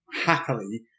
happily